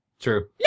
True